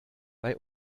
bei